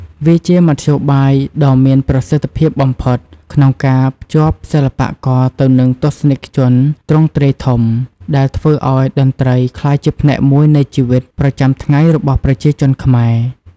វាជាមធ្យោបាយដ៏មានប្រសិទ្ធភាពបំផុតក្នុងការភ្ជាប់សិល្បករទៅនឹងទស្សនិកជនទ្រង់ទ្រាយធំ ដែលធ្វើឲ្យតន្ត្រីក្លាយជាផ្នែកមួយនៃជីវិតប្រចាំថ្ងៃរបស់ប្រជាជនខ្មែរ។